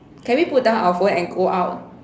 can we put down our phone and go out